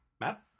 Matt